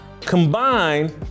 Combined